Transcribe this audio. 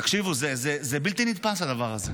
תקשיבו, זה בלתי נתפס, הדבר הזה,